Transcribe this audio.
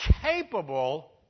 capable